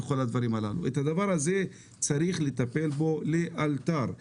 בדבר הזה צריך לטפל לאלתר.